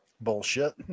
Bullshit